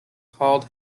called